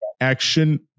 action